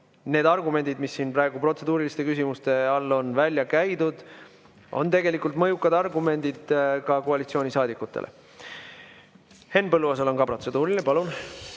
need argumendid, mis siin praegu protseduuriliste küsimuste all on välja käidud, on tegelikult mõjukad argumendid ka koalitsioonisaadikutele. Henn Põlluaasal on ka protseduuriline. Palun!